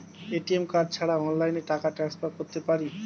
ATM card ছাড়া অনলাইনে টাকা টান্সফার করতে পারি?